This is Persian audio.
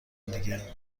دیگه